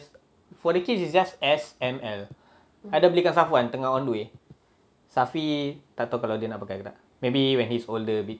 for the kids is just S M L I dah belikan safwan tengah on the way safi tak tahu kalau dia nak pakai ke tak maybe when he's older a bit